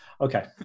Okay